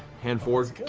hand forward.